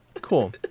Cool